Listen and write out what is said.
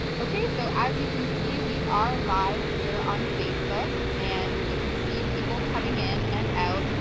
ok so as you can see we are live here on facebook and we can see people coming in and out.